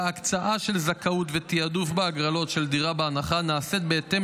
והקצאה של זכאות ותעדוף בהגרלות של דירה בהנחה נעשית בהתאם